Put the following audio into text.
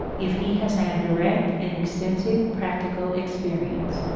if he has had direct and extensive practical experience.